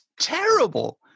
terrible